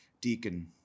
deacon